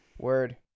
word